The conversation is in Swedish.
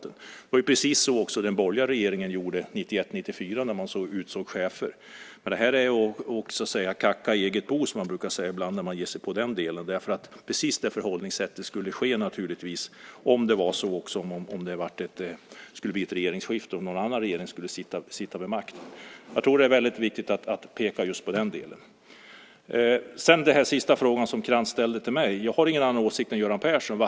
Det var precis så som också den borgerliga regeringen gjorde 1991-1994 när man utsåg chefer. Det här är att kacka i eget bo, som man brukar säga. Precis det förhållningssättet skulle man ha också om det skulle bli ett regeringsskifte och någon annan regering skulle sitta vid makten. Jag tror att det är viktigt att peka just på det. Tobias Krantz ställde en sista fråga till mig. Jag har ingen annan åsikt än Göran Persson.